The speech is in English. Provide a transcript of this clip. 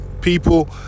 people